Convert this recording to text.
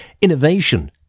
innovation